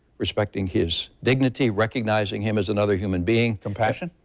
respecting his dignity, recognizing him as another human being. compassion?